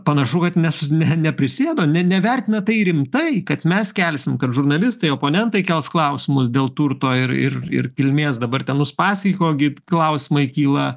panašu kad nes ne neprisėdo ne nevertina tai rimtai kad mes kelsim kad žurnalistai oponentai kels klausimus dėl turto ir ir ir kilmės dabar ten uspaskicho gi klausimai kyla